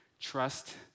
trust